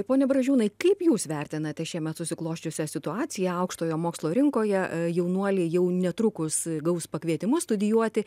pone bražiūnai kaip jūs vertinate šiemet susiklosčiusią situaciją aukštojo mokslo rinkoje jaunuoliai jau netrukus gaus pakvietimus studijuoti